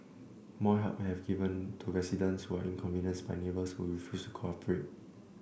more help have to be given to residents who are inconvenienced by neighbours who refuse to cooperate